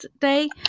Day